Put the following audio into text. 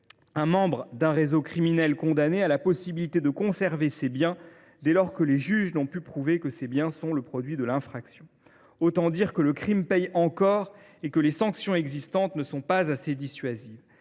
condamné d’un réseau criminel a la possibilité de conserver ses biens dès lors que les juges n’ont pu prouver que ceux ci sont le produit de l’infraction. Autant dire que le crime paie encore et que les sanctions existantes ne sont pas assez dissuasives.